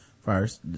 first